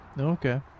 Okay